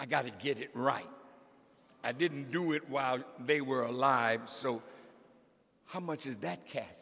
i got to get it right i didn't do it while they were alive so how much is that ca